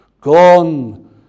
Gone